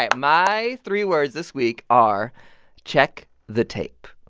like my three words this week are check the tape.